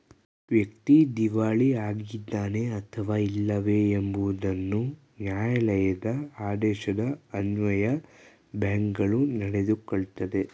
ವ್ಯಕ್ತಿ ದಿವಾಳಿ ಆಗಿದ್ದಾನೆ ಅಥವಾ ಇಲ್ಲವೇ ಎಂಬುದನ್ನು ನ್ಯಾಯಾಲಯದ ಆದೇಶದ ಅನ್ವಯ ಬ್ಯಾಂಕ್ಗಳು ನಡೆದುಕೊಳ್ಳುತ್ತದೆ